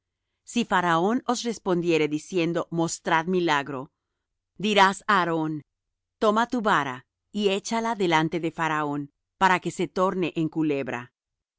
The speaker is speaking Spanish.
si faraón os respondiere diciendo mostrad milagro dirás á aarón toma tu vara y échala delante de faraón para que se torne culebra